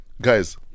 guys